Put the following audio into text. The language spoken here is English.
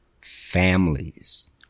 families